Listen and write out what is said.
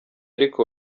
ariko